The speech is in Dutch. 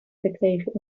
gekregen